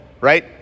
Right